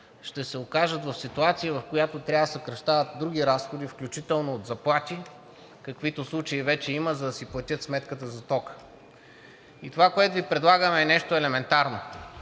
ще се окажат в ситуация, в която трябва да съкращават други разходи, включително от заплати, каквито случаи вече има, за да си платят сметката за тока. И това, което Ви предлагаме, е нещо елементарно.